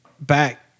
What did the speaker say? back